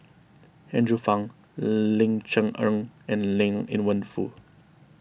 Andrew Phang Ling Cher Eng and Liang Wenfu